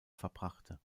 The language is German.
verbrachte